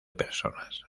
personas